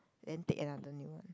then take another new one